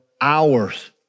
hours